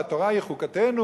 והתורה היא חוקתנו,